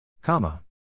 Comma